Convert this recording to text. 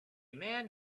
man